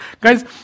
Guys